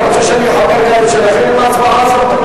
אתה רוצה שאני אחבר גם את שלכם עם ההצעה הזו?